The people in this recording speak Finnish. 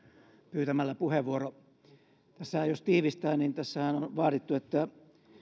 pyytämällä puheenvuoron jos tiivistää niin tässähän on vaadittu että